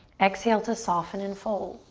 exhale to soften and fold.